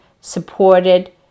supported